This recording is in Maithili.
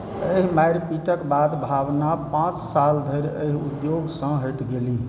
एहि मारिपीटके बाद भावना पाँच साल धरि एहि उद्योगसँ हटि गेलीह